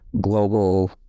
global